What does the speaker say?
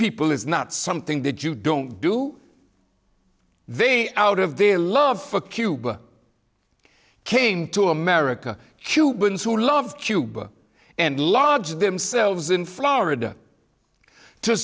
people is not something that you don't do they out of their love cuba came to america cubans who love cuba and large themselves in florida to